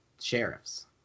sheriffs